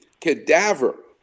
cadaver